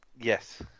Yes